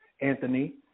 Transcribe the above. Anthony